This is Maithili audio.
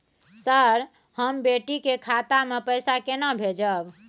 सर, हम बेटी के खाता मे पैसा केना भेजब?